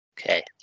Okay